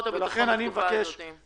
אני מבקש